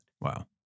Wow